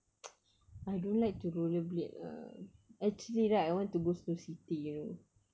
I don't like to roller blade lah actually right I want to go snow city you know